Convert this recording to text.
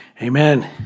Amen